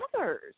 others